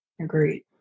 Agreed